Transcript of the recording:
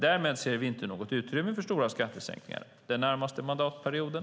Därmed ser vi inte något utrymme för stora skattesänkningar den närmaste mandatperioden.